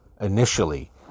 initially